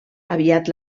aviat